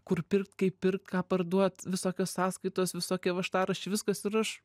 kur pirkt kaip pirkt ką parduot visokios sąskaitos visokie važtaraščiai viskas ir aš